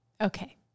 Okay